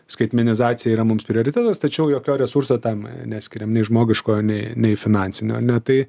skaitmenizacija yra mums prioritetas tačiau jokio resurso tam neskiriam nei žmogiškojo nei nei finansinio ar ne tai